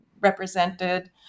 represented